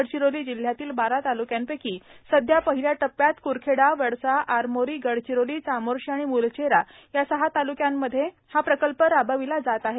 गडचिरोली जिल्ह्यातील बारा तालुक्यांपैकी सध्या पहिल्या टप्प्यात कुरखेडा वडसा आरमोरी गडचिरोली चामोर्शी आणि मुलचेरा या सहा तालुक्यांमध्ये हा प्रकल्प राबविला जात आहे